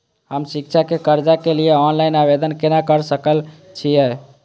हम शिक्षा के कर्जा के लिय ऑनलाइन आवेदन केना कर सकल छियै?